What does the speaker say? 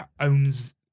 owns